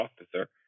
officer